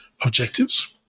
objectives